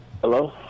Hello